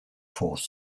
fourth